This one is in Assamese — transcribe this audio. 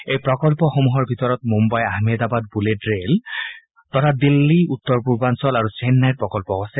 এই প্ৰকল্পসমূহৰ ভিতৰত মুম্বাই আহমেদাবাদ বুলেট ৰে'ল তথা দিল্লী উত্তৰ পূৰ্বাঞ্চল আৰু চেন্নাইৰ প্ৰকল্পও আছে